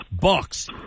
Bucks